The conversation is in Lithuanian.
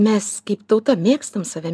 mes kaip tauta mėgstam save